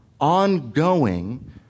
ongoing